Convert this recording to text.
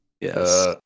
Yes